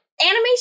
animation